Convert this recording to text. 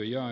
kannatan